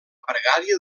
pregària